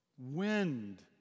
wind